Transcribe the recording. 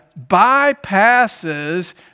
bypasses